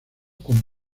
con